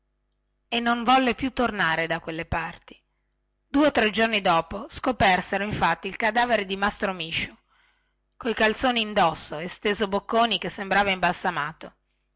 e non volle più tornare da quelle parti due o tre giorni dopo scopersero infatti il cadavere di mastro misciu coi calzoni indosso e steso bocconi che sembrava imbalsamato